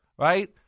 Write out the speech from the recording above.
Right